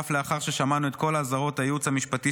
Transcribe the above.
שאף לאחר ששמענו את כל אזהרות היועץ המשפטי